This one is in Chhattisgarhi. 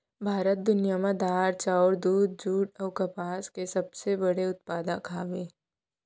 भारत दुनिया मा दार, चाउर, दूध, जुट अऊ कपास के सबसे बड़े उत्पादक हवे